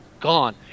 gone